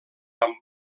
amb